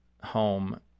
home